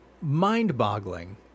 Mind-boggling